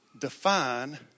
define